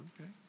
Okay